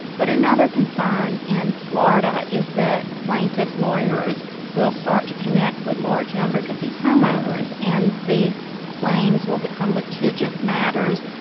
but another concern in florida is the plaintiffs lawyers will start to connect with large numbers of these homeowners and these claims will become litigious matters.